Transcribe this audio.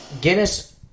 Guinness